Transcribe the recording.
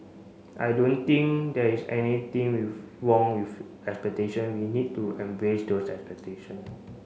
I don't think there is anything wrong with expectation we need to embrace those expectation